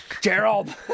Gerald